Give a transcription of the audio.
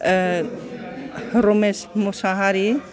Ramesh Mushahary